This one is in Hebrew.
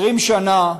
20 שנה,